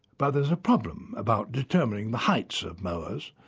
but there's a problem about determining the heights of moas.